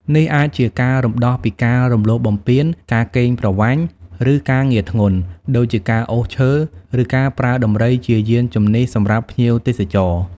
នេះអាចជាការរំដោះពីការ រំលោភបំពាន ការកេងប្រវ័ញ្ច ឬការងារធ្ងន់ ដូចជាការអូសឈើ ឬការប្រើដំរីជាយានជំនិះសម្រាប់ភ្ញៀវទេសចរ។